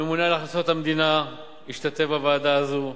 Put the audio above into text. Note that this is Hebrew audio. הממונה על הכנסות המדינה משתתף בוועדה הזאת,